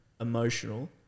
emotional